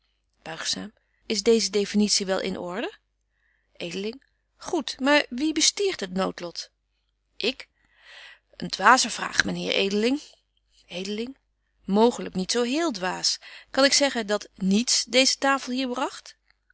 buigzaam is deeze definitie wel in order edeling goed maar wie bestiert het noodlot betje wolff en aagje deken historie van mejuffrouw sara burgerhart ik een dwaze vraag myn heer edeling edeling mooglyk niet zo heel dwaas kan ik zeggen dat niets deeze tafel hier